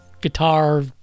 guitar